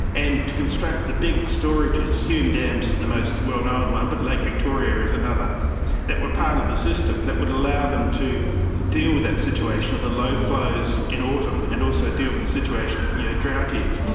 and to construct the big storages, hume dam's the most well-known one, but lake victoria is another that were part of the system that would allow them to deal with that situation of the low flows in autumn, and also deal with the situation of drought years.